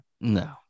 No